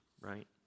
right